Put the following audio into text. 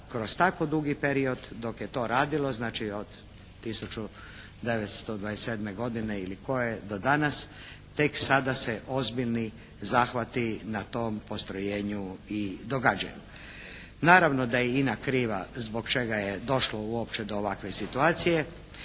kroz tako dugi period dok je to radilo znači od 1927. godine ili koje do danas tek sada se ozbiljni zahvati na tom postrojenju i događaju. Naravno da je INA kriva zbog čega je došlo uopće do ovakve situacije.